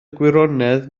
gwirionedd